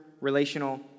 relational